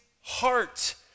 heart